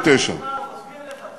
תשמע, תשמע, הוא מסביר לך.